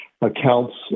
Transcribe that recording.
accounts